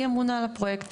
והיא אמונה על הפרויקט.